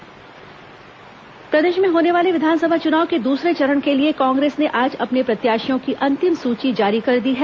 कांग्रेस प्रत्याशी सूची प्रदेश में होने वाले विधानसभा चुनाव के दूसरे चरण के लिए कांग्रेस ने आज अपने प्रत्याशियों की अंतिम सूची जारी कर दी है